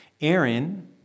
Aaron